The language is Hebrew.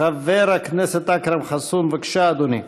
חבר הכנסת אכרם חסון, בבקשה, אדוני.